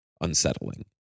unsettling